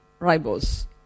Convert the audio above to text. ribose